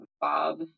Bob